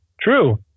True